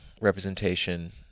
representation